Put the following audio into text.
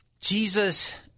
Jesus